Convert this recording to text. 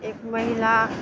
एक महिला